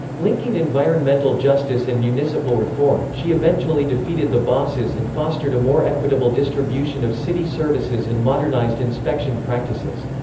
linking environmental justice and municipal reform, she eventually defeated the bosses and fostered a more equitable distribution of city services and modernized inspection practices.